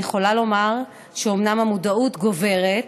אני יכולה לומר שאומנם המודעות גוברת,